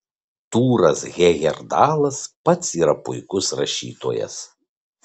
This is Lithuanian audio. tūras hejerdalas pats yra puikus rašytojas